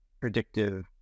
predictive